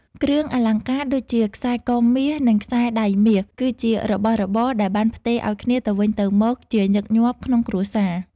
គ្រឿងអលង្ការដូចជា ខ្សែកមាស និង ខ្សែដៃមាស គឺជារបស់របរដែលបានផ្ទេរឲ្យគ្នាទៅវិញទៅមកជាញឹកញាប់ក្នុងគ្រួសារ។